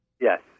Yes